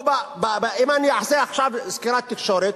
אם אני אעשה עכשיו סקירת תקשורת,